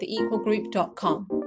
theequalgroup.com